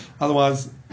Otherwise